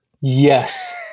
Yes